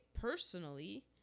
personally